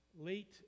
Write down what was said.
late